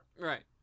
Right